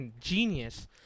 genius